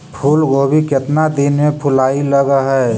फुलगोभी केतना दिन में फुलाइ लग है?